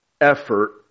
effort